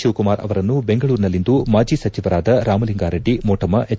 ಶಿವಕುಮಾರ್ ಅವರನ್ನು ಬೆಂಗಳೂರಿನಲ್ಲಿಂದು ಮಾಜಿ ಸಚಿವರಾದ ರಾಮಲಿಂಗಾ ರೆಡ್ಡಿ ಮೋಟಮ್ಮ ಎಚ್